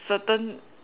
certain